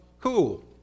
cool